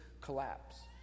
collapse